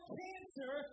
cancer